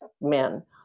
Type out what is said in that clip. men